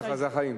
ככה זה החיים.